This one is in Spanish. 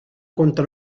contra